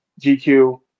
gq